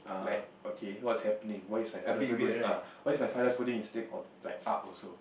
like okay what's happening why is my father's one going up why is my father putting his leg on like up also